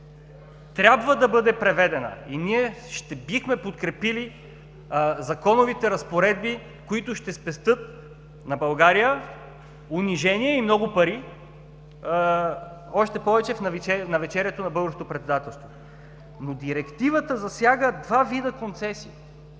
трябва да бъде приведена и ние бихме подкрепили законовите разпоредби, които ще спестят на България унижение и много пари, още повече в навечерието на българското председателство. Но тя засяга два вида концесии: